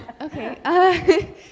Okay